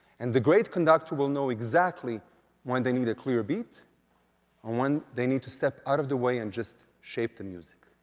and the great conductor will know exactly when they need a clear beat, or when they need to step out of the way and just shape the music.